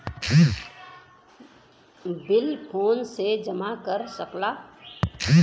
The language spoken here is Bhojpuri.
बिल फोने से जमा कर सकला